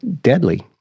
deadly